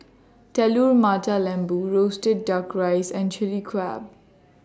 Telur Mata Lembu Roasted Duck Rice and Chilli Crab